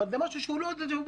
אבל זה משהו שהוא לא דמיוני.